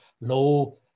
low